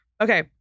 Okay